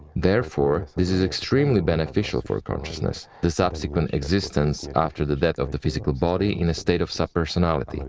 therefore, this is extremely beneficial for consciousness the subsequent existence after the death of the physical body in a state of subpersonality.